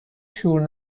شور